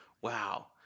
wow